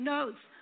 Notes